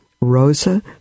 Rosa